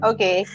Okay